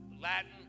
Latin